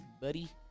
buddy